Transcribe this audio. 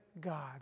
God